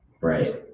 right